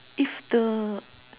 if the